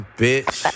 bitch